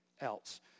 else